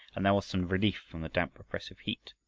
and there was some relief from the damp oppressive heat.